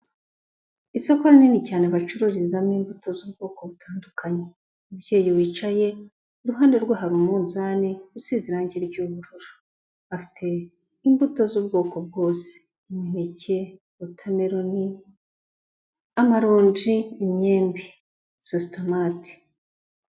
Isoko rinini cyane bacururizamo imbuto z'ubwoko butandukanye, umubyeyi wicaye iruhande rwe hari umunzani usize irangi ry'ubururu, afite imbuto z'ubwoko bwose imineke, wotameroni, amaronji, inyembi, sositomate.